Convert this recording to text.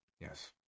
Yes